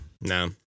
no